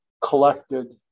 collected